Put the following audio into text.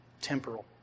temporal